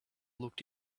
looked